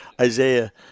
Isaiah